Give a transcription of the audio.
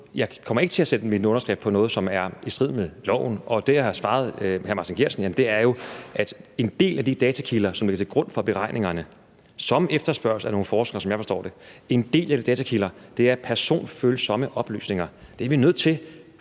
Jeg kommer ikke til at sætte min underskrift på noget, som er i strid med loven, og det, jeg har svaret hr. Martin Geertsen, er jo, at en del af de datakilder, som ligger til grund for beregningerne, og som efterspørges af nogle forskere, indeholder personfølsomme oplysninger, sådan som